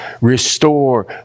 restore